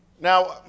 Now